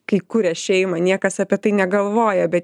kai kuria šeimą niekas apie tai negalvoja bet